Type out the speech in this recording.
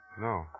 No